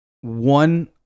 one